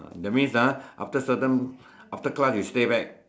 that means ah after certain after class you stay back